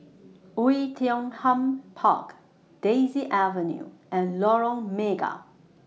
Oei Tiong Ham Park Daisy Avenue and Lorong Mega